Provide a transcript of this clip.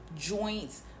joints